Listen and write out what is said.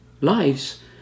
lives